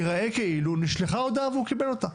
ייראה כאילו נשלחה הודעה והוא קיבל אותה.